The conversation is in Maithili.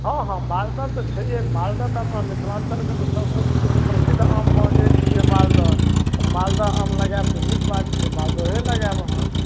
हाँ हाँ मालदा तऽ छैहे मालदा तऽ अपना मिथिलाञ्चल कऽ तऽ सभसँ सुप्रसिद्ध आममे एक छियै मालदा तऽ मालदा आम लगायब तऽ नीक बात छै मालदहे लगायब अहाँ